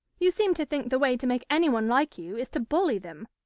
you seem to think the way to make anyone like you is to bully them.